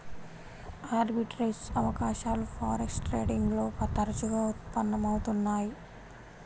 arbitrage అవకాశాలు forex trading లో తరచుగా ఉత్పన్నం అవుతున్నయ్యి